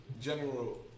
general